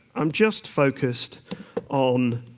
i'm just focused on